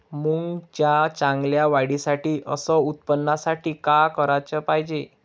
मुंगाच्या चांगल्या वाढीसाठी अस उत्पन्नासाठी का कराच पायजे?